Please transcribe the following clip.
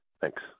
Thanks